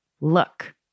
look